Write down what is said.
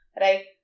right